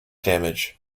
damage